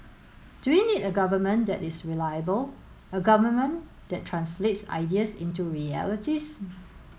do we need a government that is reliable a government that translates ideas into realities